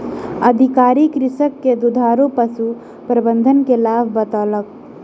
अधिकारी कृषक के दुधारू पशु प्रबंधन के लाभ बतौलक